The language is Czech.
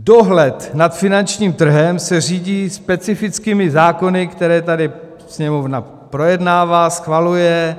Dohled nad finančním trhem se řídí specifickými zákony, které tady Sněmovna projednává, schvaluje.